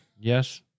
Yes